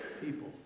people